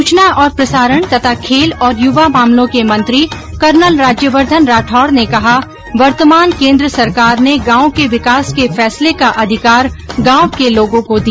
सूचना और प्रसारण तथा खेल और युवा मामलों के मंत्री कर्नल राज्यवर्द्वन राठौड ने कहा वर्तमान केन्द्र सरकार ने गांव के विकास के फैसले का अधिकार गांव के लोगों को दिया